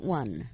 one